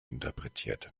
interpretiert